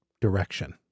direction